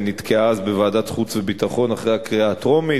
היא נתקעה אז בוועדת החוץ והביטחון אחרי הקריאה הטרומית,